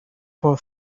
for